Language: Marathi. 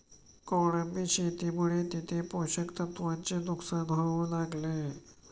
कोळंबी शेतीमुळे तिथे पोषक तत्वांचे नुकसान होऊ लागले